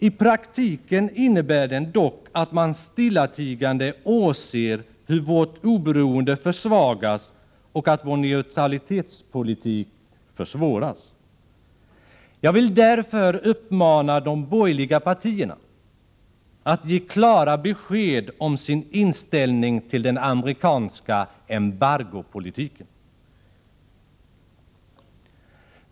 I praktiken innebär den dock att de stillatigande åser hur vårt oberoende försvagas och att vår neutralitetspolitik försvåras. Jag vill därför uppmana de borgerliga partierna att ge klara besked om sin inställning till den amerikanska embargopolitiken.